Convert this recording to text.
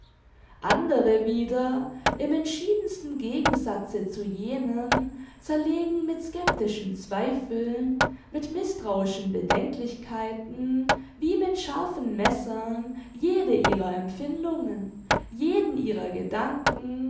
andere wieder im entschiedensten gegensatze zu jenen zerlegen mit skeptischen zweifeln mit mißtrauischen bedenklichkeiten wie mit scharfen messern jede ihrer empfindungen jeden ihrer gedanken